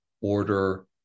order